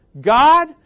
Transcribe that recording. God